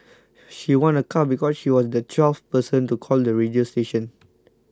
she won a car because she was the twelfth person to call the radio station